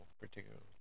particularly